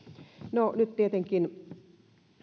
no nyt tietenkin